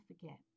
forget